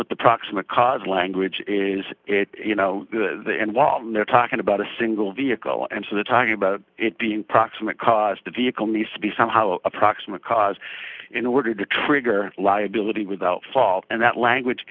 with the proximate cause language is it you know the and while they're talking about a single vehicle and so the talking about it being proximate cause the vehicle needs to be somehow a proximate cause in order to trigger liability without fault and that language